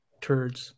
turds